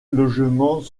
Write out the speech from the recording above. logements